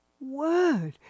word